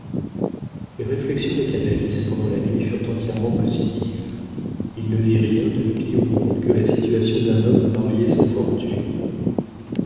les réflexions de canalis pendant la nuit furent entièrement positives il ne vit rien de pis au monde que la situation d'un homme marié sans fortune